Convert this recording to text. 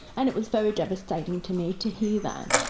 and it was very devastating to me to hear that.